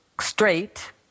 straight